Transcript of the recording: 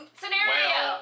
scenario